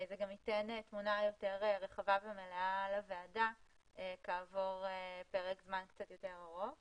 זה גם ייתן תמונה יותר רחבה ומלאה לוועדה כעבור פרק זמן קצת יותר ארוך